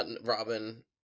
Robin